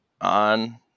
on